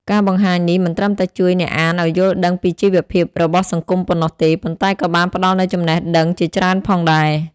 ការបង្ហាញនេះមិនត្រឹមតែជួយអ្នកអានឲ្យយល់ដឹងពីជីវភាពរបស់សង្គមប៉ុណ្ណោះទេ ប៉ុន្តែក៏បានផ្តល់នូវចំណេះដឹងជាច្រើនផងដែរ។